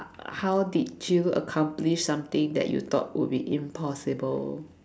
how did you accomplish something that you thought would be impossible